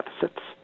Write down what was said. deficits